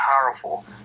powerful